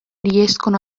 riescono